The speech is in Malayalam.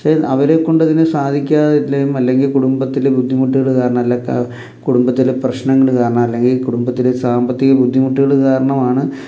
പക്ഷേ അവരെക്കൊണ്ടതിന് സാധിക്കാത്തതും അല്ലെങ്കിൽ കുടുംബത്തിലെ ബുദ്ധിമുട്ടുകൾ കാരണം അല്ല കുടുംബത്തിലെ പ്രശ്നങ്ങൾ കാരണം അല്ലെങ്കിൽ കുടുംബത്തിലെ സാമ്പത്തിക ബുദ്ധിമുട്ടുകൾ കാരണമാണ്